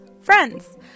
Friends